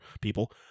people